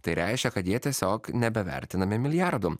tai reiškia kad jie tiesiog nebevertinami milijardu